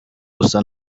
gusa